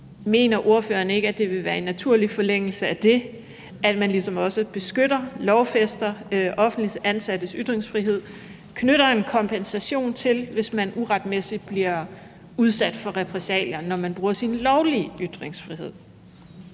Mener ordføreren ikke, at det vil være en naturlig forlængelse af det, at vi ligesom også beskytter og lovfæster offentligt ansattes ytringsfrihed og knytter en kompensation til, hvis man uretmæssigt bliver udsat for repressalier, når man bruger sin lovlige ytringsfrihed?